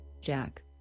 Jack